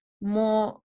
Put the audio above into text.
more